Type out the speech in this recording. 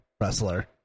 wrestler